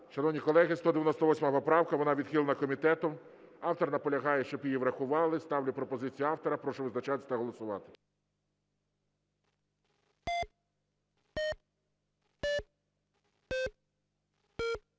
Шановні колеги, 198 поправка. Вона відхилена комітетом. Автор наполягає, щоб її врахували. Ставлю пропозицію автора. Прошу визначатись та голосувати.